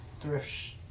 Thrift